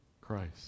Christ